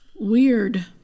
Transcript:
Weird